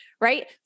Right